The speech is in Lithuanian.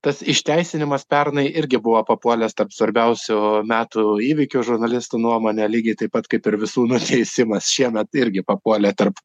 tas išteisinimas pernai irgi buvo papuolęs tarp svarbiausių metų įvykių žurnalistų nuomone lygiai taip pat kaip ir visų nuteisimas šiemet irgi papuolė tarp